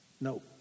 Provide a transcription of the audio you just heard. No